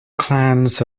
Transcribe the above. clans